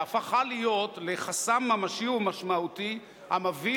שהפכו להיות חסם ממשי ומשמעותי המביא